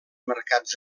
mercats